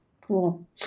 Cool